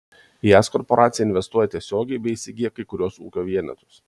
į jas korporacija investuoja tiesiogiai bei įsigyja kai kuriuos ūkio vienetus